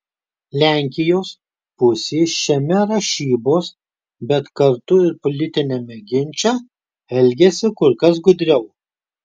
lenkijos pusė šiame rašybos bet kartu ir politiniame ginče elgiasi kur kas gudriau